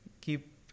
keep